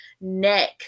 neck